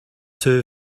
two